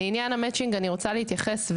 לעניין המצ'ינג אני רוצה להתייחס,